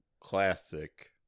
classic